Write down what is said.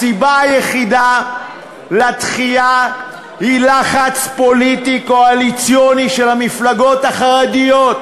הסיבה היחידה לדחייה היא לחץ פוליטי קואליציוני של המפלגות החרדיות.